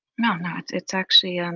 no, no, it's it's actually and